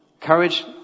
Courage